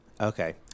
Okay